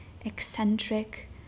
eccentric